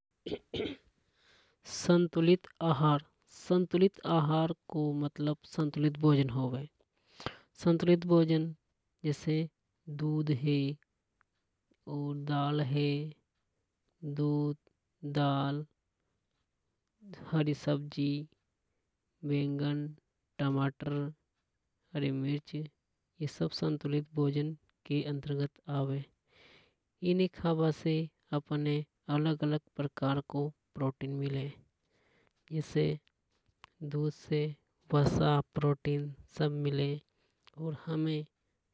संतुलित आहार संतुलित आहार को मतलब संतुलित भोजन होवे। संतुलित भोजन जैसे दूध हे दाल है। दूध दाल हरि सब्जी बैंगन टमाटर हरि मिर्च ये सब संतुलित भोजन के अंतर्गत आवे। इने ख़ाबा से अपने अलग अलग प्रकार को प्रोटीन मिले। जैसे दूध से वसा प्रोटीन सब मिले और हमें